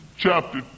Chapter